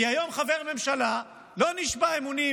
כי היום חבר ממשלה לא נשבע אמונים